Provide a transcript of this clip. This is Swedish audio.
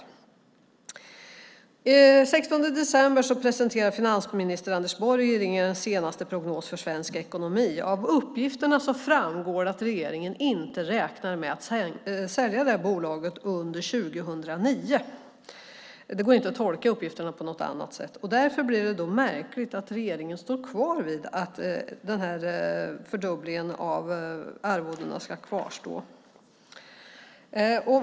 Den 16 december presenterade finansminister Anders Borg regeringens senaste prognos för svensk ekonomi. Av uppgifterna framgår det att regeringen inte räknar med att sälja detta bolag under 2009. Det går inte att tolka uppgifterna på något annat sätt. Därför blir det märkligt att regeringen står fast vid att denna fördubbling av arvodena ska kvarstå.